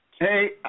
Hey